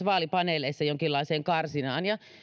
vaalipaneeleissa jonkinlaiseen karsinaan